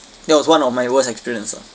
that was one of my worst experience lah